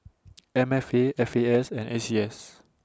M F A F A S and A C S